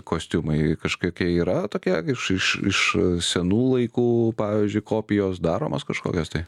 kostiumai kažkokie yra tokie iš iš iš senų laikų pavyzdžiui kopijos daromos kažkokios tai